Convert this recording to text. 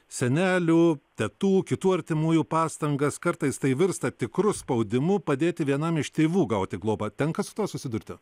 senelių tetų kitų artimųjų pastangas kartais tai virsta tikru spaudimu padėti vienam iš tėvų gauti globą tenka su tuo susidurti